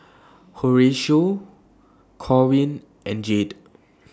Horatio Corwin and Jade